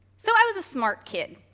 so, i was a smart kid.